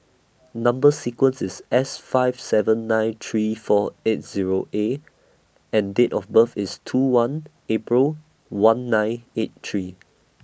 Number sequence IS S five seven nine three four eight Zero A and Date of birth IS two one April one nine eight three